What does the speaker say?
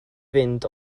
fynd